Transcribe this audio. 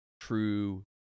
true